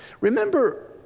remember